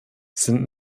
sind